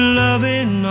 loving